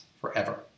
forever